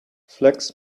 flax